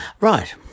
Right